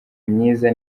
myiza